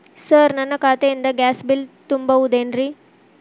Sir ನನ್ನ ಖಾತೆಯಿಂದ gas bill ತುಂಬಹುದೇನ್ರಿ?